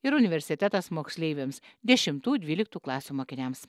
ir universitetas moksleiviams dešimtų dvyliktų klasių mokiniams